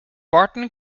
barton